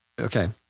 Okay